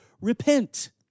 repent